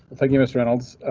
thank you, miss reynolds.